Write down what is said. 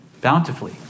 bountifully